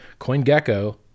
CoinGecko